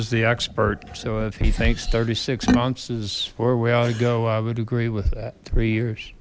is the expert so if he thinks thirty six months is four well ago i would agree with that three years